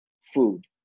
food